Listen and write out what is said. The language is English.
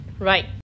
Right